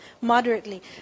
moderately